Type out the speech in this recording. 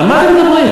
על מה אתם מדברים?